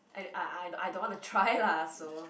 and I I I don't want to try lah so